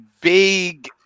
big